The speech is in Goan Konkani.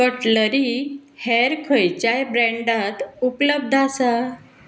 कटलरी हेर खंयच्याय ब्रँडांत उपलब्ध आसा